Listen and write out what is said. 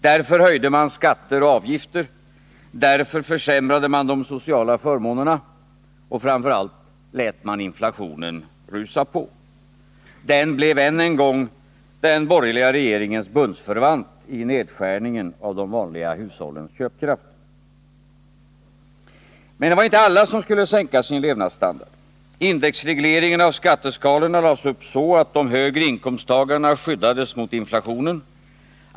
Därför höjde man skatter och avgifter, därför försämrade man de sociala förmånerna och, framför allt, lät inflationen rusa på. Den blev än en gång den borgerliga regeringens bundsförvant i nedskärningen av de vanliga hushållens köpkraft. Men det var inte alla som skulle sänka sin levnadsstandard. Indexregle ringen av skatteskalorna lades upp så att de högre inkomsttagarna skyddades mot inflationen.